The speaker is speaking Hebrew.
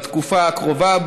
בתקופה הקרובה,